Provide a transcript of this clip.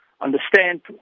understand